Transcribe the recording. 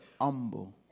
humble